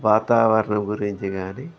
వాతావరణం గురించి కానీ